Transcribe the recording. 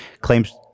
claims